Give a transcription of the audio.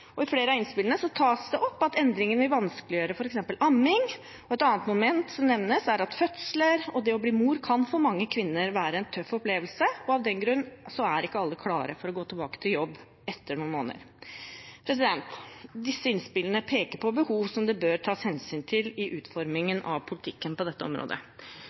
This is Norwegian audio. I flere av innspillene tas det opp at endringen vil vanskeliggjøre f.eks. amming. Et annet moment som nevnes, er at en fødsel og det å bli mor for mange kvinner kan være en tøff opplevelse, og at ikke alle av den grunn er klare for å gå tilbake til jobb etter noen måneder. Disse innspillene peker på behov som det bør tas hensyn til i utformingen av politikken på dette området.